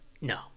No